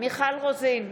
מיכל רוזין,